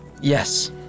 Yes